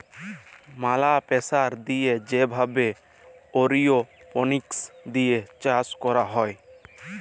ম্যালা প্রেসার দিয়ে যে ভাবে এরওপনিক্স দিয়ে চাষ ক্যরা হ্যয়